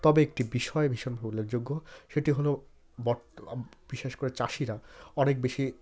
তবে একটি বিষয় ভীষণভাবে উল্লেখযোগ্য সেটি হলো বিশেষ করে চাষিরা অনেক বেশি